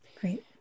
Great